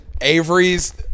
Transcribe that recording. Avery's